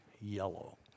yellow